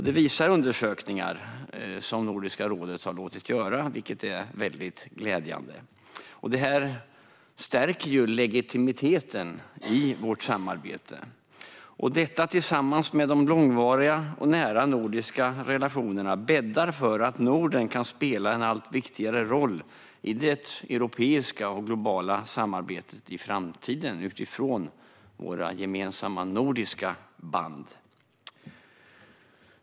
Det visar undersökningar som Nordiska rådet har låtit göra, vilket är mycket glädjande. Det stärker legitimiteten i vårt samarbete. Detta tillsammans med de långvariga och nära nordiska relationerna bäddar för att Norden kan spela en allt viktigare roll i det europeiska och globala samarbetet i framtiden - utifrån våra gemensamma nordiska band.